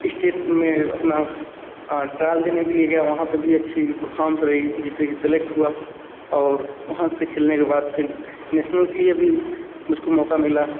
इष्टेट में अपना ट्रायल देने के लिए गया वहाँ पे भी अच्छी परफ़ॉम्स रही जिससे कि सिलेक्ट हुआ और वहाँ से खेलने के बाद फिर नेसनल के लिए भी मुझको मौका मिला